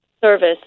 service